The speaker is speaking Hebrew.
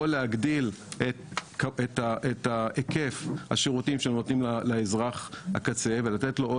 או להגדיל את היקף השירותים שהם נותנים לאזרח הקצה ולתת לו עוד